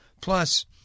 Plus